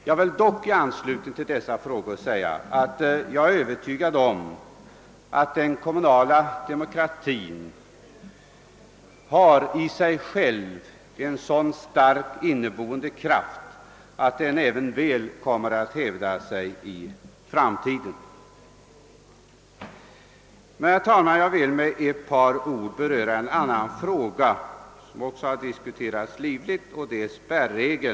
Dock vill jag i detta sammanhang förklara, att jag är övertygad om att den kommunala demokratin i sig själv har en så stark inneboende kraft att den väl kommer att hävda sig i framtiden. Jag vill däremot, herr talman, med ett par ord beröra en annan detalj, som också har diskuterats flitigt, nämligen spärregeln.